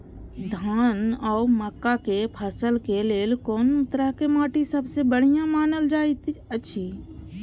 धान आ मक्का के फसल के लेल कुन तरह के माटी सबसे बढ़िया मानल जाऐत अछि?